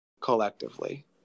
Collectively